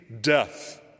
death